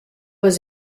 was